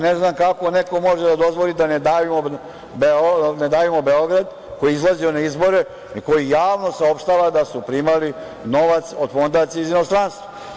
Ne znam kako neko može da dozvoli da „Ne davimo Beograd“, koji je izlazio na izbore, koji javno saopštava da su primali novac od fondacija iz inostranstva.